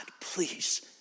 please